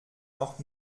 noch